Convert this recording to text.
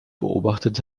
beobachtet